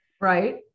right